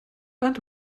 and